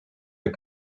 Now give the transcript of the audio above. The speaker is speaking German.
der